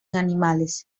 animales